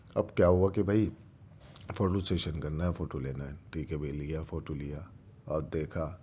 اب کیا ہوا کہ بھائی فوٹو سیشن کرنا ہے فوٹو لینا ہے ٹھیک ہے بھائی لیا فوٹو لیا اور دیکھا